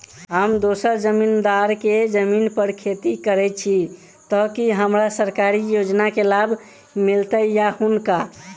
हम दोसर जमींदार केँ जमीन पर खेती करै छी तऽ की हमरा सरकारी योजना केँ लाभ मीलतय या हुनका?